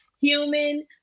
human